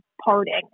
parting